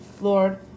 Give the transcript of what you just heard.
Lord